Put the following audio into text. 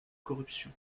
corruption